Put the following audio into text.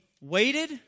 waited